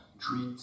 Treat